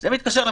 זה מה שדובר.